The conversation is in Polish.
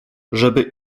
żeby